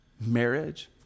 Marriage